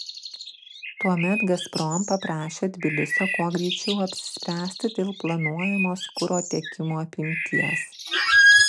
tuomet gazprom paprašė tbilisio kuo greičiau apsispręsti dėl planuojamos kuro tiekimų apimties